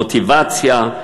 מוטיבציה,